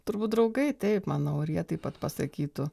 turbūt draugai taip manau ir jie taip pat pasakytų